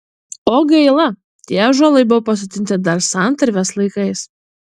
o gaila tie ąžuolai buvo pasodinti dar santarvės laikais